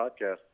podcast